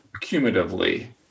cumulatively